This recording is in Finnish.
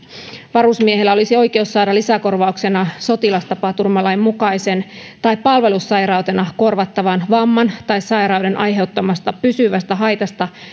varusmiehellä olisi oikeus saada lisäkorvauksena sotilastapaturmalain mukaisen tai palvelussairautena korvattavan vamman tai sairauden aiheuttamasta pysyvästä haitasta